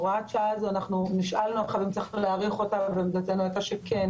נשאלנו על חלופות להוראת השעה ולהאריך אותה ואמרנו שכן,